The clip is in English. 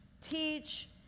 teach